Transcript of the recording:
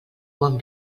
bon